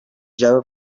جعبه